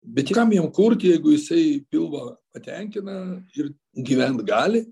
bet kam jam kurt jeigu jisai pilvą patenkina ir gyvent gali